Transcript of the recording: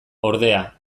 ordea